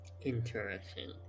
Interesting